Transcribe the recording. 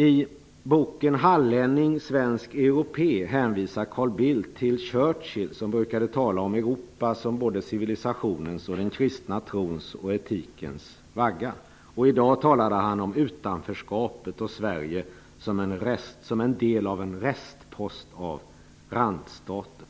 I boken Hallänning Svensk Europé hänvisar Carl Bildt till Churchill, som brukade tala om Europa som både civilisationens och den kristna trons och etikens vagga. I dag talade Carl Bildt om utanförskapet och Sverige som en del av en restpost bland randstaterna.